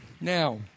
Now